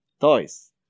Toys